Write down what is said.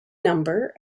number